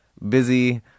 busy